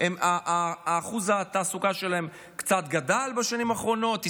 אחוז התעסוקה שלהם קצת גדל בשנים האחרונות,